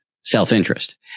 self-interest